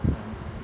orh